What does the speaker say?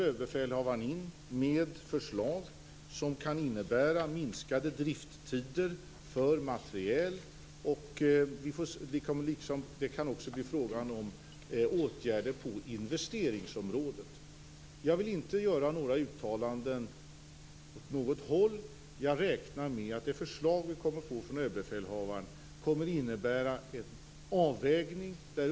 Överbefälhavaren kommer med förslag som kan innebära minskade drifttider för materiel. Det kan också bli frågan om åtgärder på investeringsområdet. Jag vill inte göra några uttalanden åt något håll. Jag räknar med att det förslag som vi kommer att få från överbefälhavaren kommer att innebära en avvägning.